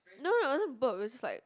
no no it wasn't burp it was just like